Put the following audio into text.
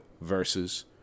versus